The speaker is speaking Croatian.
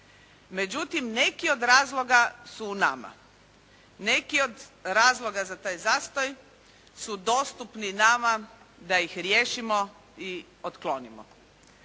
Međutim neki od razloga su u nama. Neki od razloga za taj zastoj su dostupni nama da ih riješimo i otklonimo.